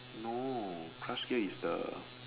no crush gear is the